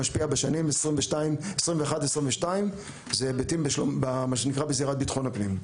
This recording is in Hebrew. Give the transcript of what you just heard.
שמשפיע בשנים 2022-2021 זה היבטים במה שנקרא זירת ביטחון הפנים.